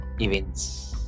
events